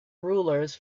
rulers